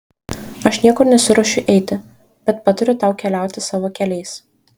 aš niekur nesiruošiu eiti bet patariu tau keliauti savo keliais